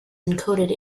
encoded